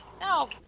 No